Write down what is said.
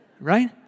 Right